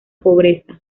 pobreza